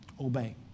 obey